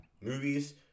movies